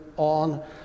On